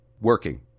Working